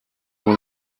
when